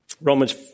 Romans